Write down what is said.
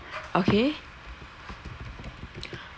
okay